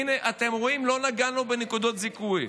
הינה, אתם רואים, לא נגענו בנקודות זיכוי.